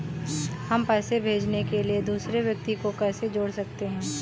हम पैसे भेजने के लिए दूसरे व्यक्ति को कैसे जोड़ सकते हैं?